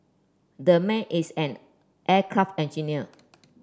the man is an aircraft engineer